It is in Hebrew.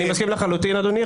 אני מסכים לחלוטין אדוני,